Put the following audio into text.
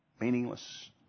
meaningless